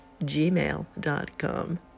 gmail.com